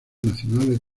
nacionales